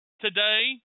today